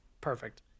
Perfect